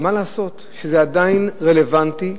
אבל מה לעשות שזה עדיין רלוונטי,